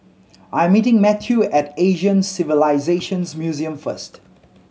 I am meeting Matthew at Asian Civilisations Museum first